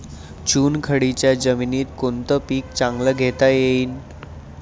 चुनखडीच्या जमीनीत कोनतं पीक चांगलं घेता येईन?